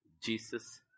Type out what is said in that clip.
Jesus